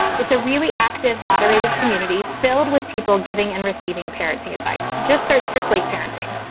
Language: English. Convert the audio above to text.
it's a really active, moderated community filled with people giving and receiving parenting advice. just search for slate parenting.